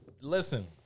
listen